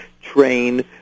train